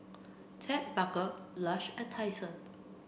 Ted Baker Lush and Tai Sun